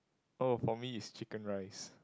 oh for me is chicken rice